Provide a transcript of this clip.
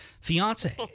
fiance